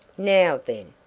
now, then!